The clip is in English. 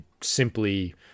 simply